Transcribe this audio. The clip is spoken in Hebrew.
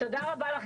תודה רבה לך,